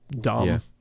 dumb